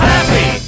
Happy